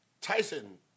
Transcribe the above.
Tyson